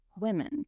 women